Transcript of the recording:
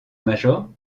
major